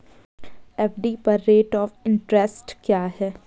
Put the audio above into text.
FD पर rate of interest क्या है?